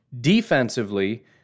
Defensively